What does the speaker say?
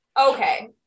Okay